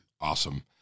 Awesome